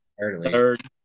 Third